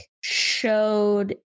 showed